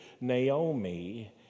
naomi